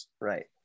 right